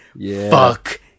Fuck